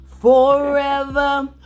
forever